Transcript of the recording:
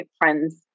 friends